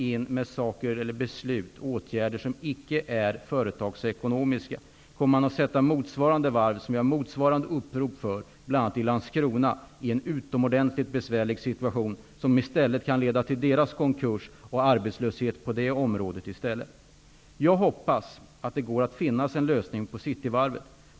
Om man fattar beslut och vidtar åtgärder som inte är företagsekonomiska, kommer man att sätta något annat varv, som har gjort motsvarande upprop, bl.a. i Landskrona, i en utomordentligt besvärlig situation som i stället kan leda till detta företags konkurs och till arbetslöshet. Jag hoppas att det går att finna en lösning på frågan om Cityvarvet.